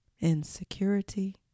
insecurity